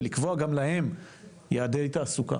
ולקבוע גם להם יעדי תעסוקה,